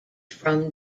from